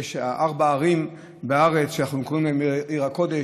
יש ארבע ערים בארץ שאנחנו קוראים להן "עיר הקודש".